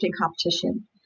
competition